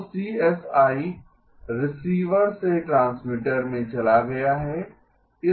तो CSI Rx से Tx में चला गया है